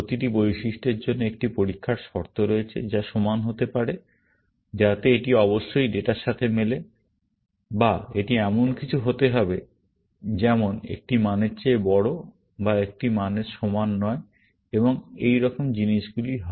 প্রতিটি বৈশিষ্ট্যের জন্য একটি পরীক্ষার শর্ত রয়েছে যা সমান হতে পারে যাতে এটি অবশ্যই ডেটার সাথে মেলে বা এটি এমন কিছু হতে হবে যেমন একটি মানের চেয়ে বড় বা একটি মানের সমান নয় এবং এইরকম জিনিসগুলি হয়